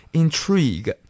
intrigue 。